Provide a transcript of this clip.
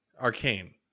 Arcane